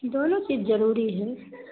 دونوں چیز ضروری ہے